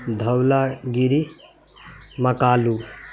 دھولہ گری مکالو